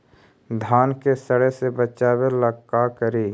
धान के सड़े से बचाबे ला का करि?